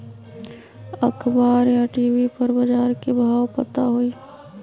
अखबार या टी.वी पर बजार के भाव पता होई?